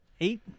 eight